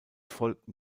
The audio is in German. folgten